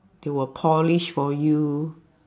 they will polish for you